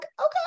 okay